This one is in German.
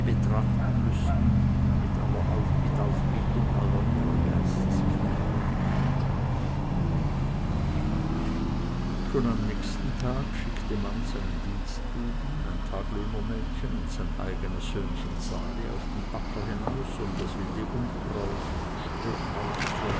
betrachten müßten mit aufbietung aller ihrer geisteskräfte schon am nächsten tage schickte manz einen dienstbuben ein tagelöhnermädchen und sein eigenes söhnchen sali auf den acker hinaus um das wilde unkraut und gestrüpp